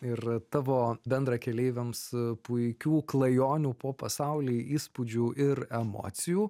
ir tavo bendrakeleiviams puikių klajonių po pasaulį įspūdžių ir emocijų